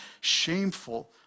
shameful